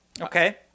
okay